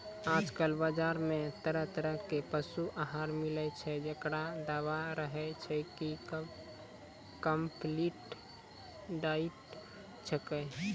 आजकल बाजार मॅ तरह तरह के पशु आहार मिलै छै, जेकरो दावा रहै छै कि कम्पलीट डाइट छेकै